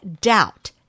doubt